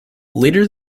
later